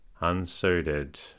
unsuited